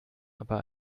aber